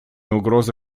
угрозы